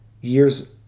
years